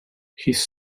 his